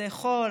לימודי חול,